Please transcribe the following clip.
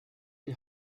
die